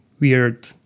weird